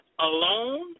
alone